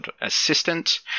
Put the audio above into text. assistant